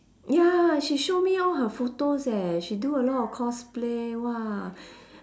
ya she show me all her photos eh she do a lot of cosplay !wah!